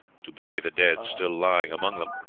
to bury the dead still lying among them,